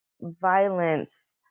violence